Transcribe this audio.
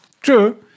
True